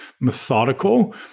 methodical